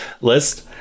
list